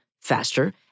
faster